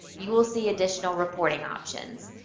you will see additional reporting options.